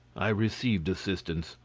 i received assistance,